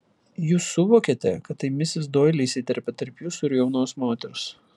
jūs suvokėte kad tai misis doili įsiterpė tarp jūsų ir jaunos moters